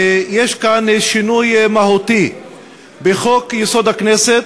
שיש פה שינוי מהותי בחוק-יסוד: הכנסת,